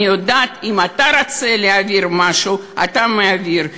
אני יודעת, אם אתה רוצה להעביר משהו, אתה מעביר.